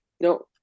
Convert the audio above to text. No